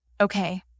okay